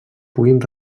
puguin